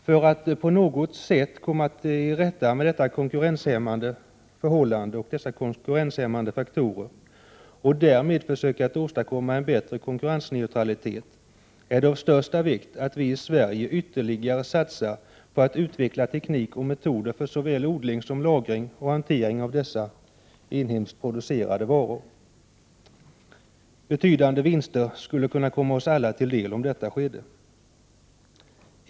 För att på något sätt komma till rätta med dessa konkurrenshämmande faktorer och därmed också åstadkomma konkurrensneutralitet är det av största vikt att vi i Sverige satsar ytterligare på att utveckla teknik och metoder för såväl odling som lagring och hantering av de inhemskt producerade varorna. Betydande vinster skulle komma oss alla till del om detta skedde.